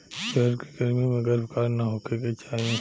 भेड़ के गर्मी में गर्भकाल ना होखे के चाही